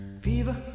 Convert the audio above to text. Fever